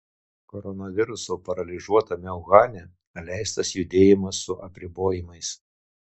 koronaviruso paralyžiuotame uhane leistas judėjimas su apribojimais